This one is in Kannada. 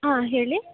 ಹಾಂ ಹೇಳಿ